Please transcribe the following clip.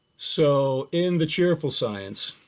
so, in the cheerful science,